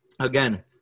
Again